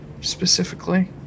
specifically